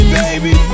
baby